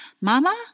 Mama